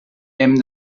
hem